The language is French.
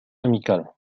amical